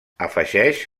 afegeix